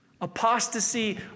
Apostasy